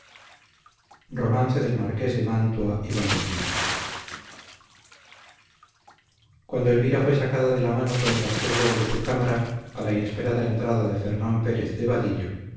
cuando elvira fue sacada de la mano por el astrólogo de su cámara a la inesperada entrada de fernán pérez de vadillo